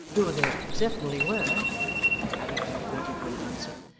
though there certainly were he added, without waiting for an answer,